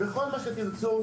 בכל מה שתרצו,